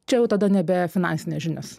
čia jau tada nebe finansinės žinios